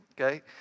okay